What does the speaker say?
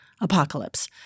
apocalypse